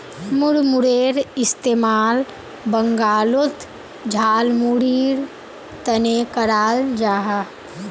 मुड़मुड़ेर इस्तेमाल बंगालोत झालमुढ़ीर तने कराल जाहा